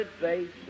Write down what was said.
face